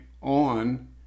on